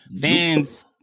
fans